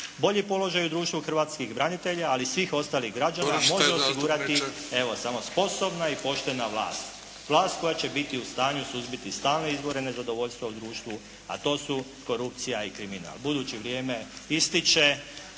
Bolji položaj u društvu hrvatskih branitelja, ali i svih ostalih građana može osigurati samo sposobna i poštena vlast. Vlast koja će biti u stanju suzbiti stalne izbore nezadovoljstva u društvu, a to su korupcija i kriminal. Budući vrijeme ističe,